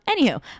Anywho